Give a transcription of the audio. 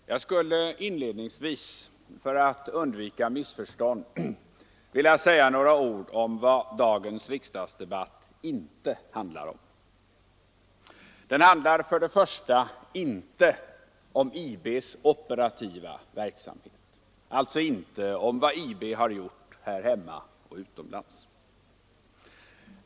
Herr talman! Jag skulle inledningsvis för att undvika missförstånd vilja säga några ord om vad dagens riksdagsdebatt inte handlar om. Den handlar för det första inte om IB:s operativa verksamhet, alltså inte om vad IB gjort här hemma och utomlands.